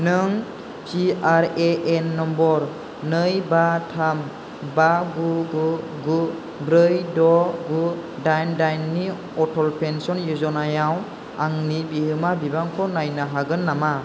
नों P R A N number नै बा थाम बा गु गु गु ब्रै द' गु डाइन डाइननि अटल पेन्सन य'जना याव आंनि बिहोमा बिबांखौ नायनो हागोन नामा